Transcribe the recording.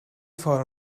for